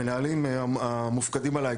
המנהלים המופקדים עלי,